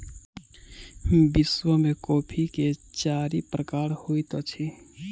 विश्व में कॉफ़ी के चारि प्रकार होइत अछि